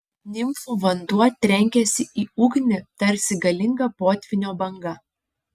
nimfų vanduo trenkėsi į ugnį tarsi galinga potvynio banga